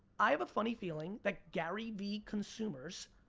i have a funny feeling that gary vee consumers,